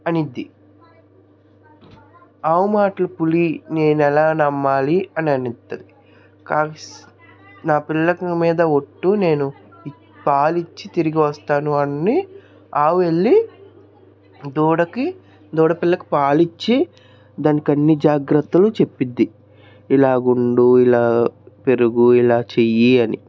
అనిద్ది ఆవు మాటలు పులి నేనెలా నమ్మాలి అని అనిద్దది నా పిల్ల మీద ఒట్టు నేను ఈ పాలిచ్చి తిరిగి వస్తాను అని ఆవు వెళ్లి దూడకి దూడపిల్లకి పాలిచ్చి దానికన్ని జాగ్రత్తలు చెప్పిద్ది ఇలా ఉండు ఇలా పెరుగు ఇలా చెయ్యి అని